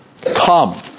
Come